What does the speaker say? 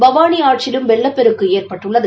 பவானி ஆற்றிலும் வெள்ளப்பெருக்கு ஏற்பட்டுள்ளது